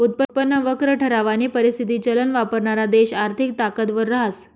उत्पन्न वक्र ठरावानी परिस्थिती चलन वापरणारा देश आर्थिक ताकदवर रहास